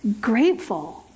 grateful